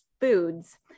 foods